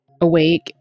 awake